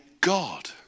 God